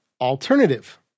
alternative